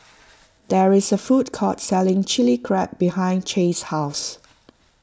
there is a food court selling Chilli Crab behind Chaz's house